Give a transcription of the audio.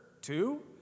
two